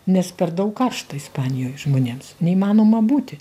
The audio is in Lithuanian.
nes per daug karšta ispanijoj žmonėms neįmanoma būti